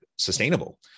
sustainable